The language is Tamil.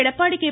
எடப்பாடி கே